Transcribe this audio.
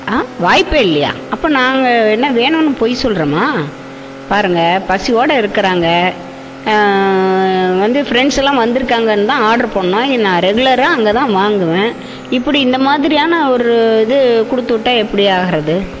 ஆ வாய்ப்பே இல்லையா அப்போ நாங்கள் என்ன வேணும்னு பொய் சொல்கிறோமா பாருங்கள் பசியோட இருக்கிறாங்க வந்து ஃப்ரெண்ட்ஸ் எல்லாம் வந்திருக்காங்கன்னு தான் ஆட்ரு பண்ணோம் ஏன்னா ரெகுலராக அங்கே தான் வாங்குவேன் இப்படி இந்த மாதிரியான ஒரு இது கொடுத்துவுட்டா எப்படி ஆகிறது